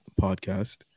podcast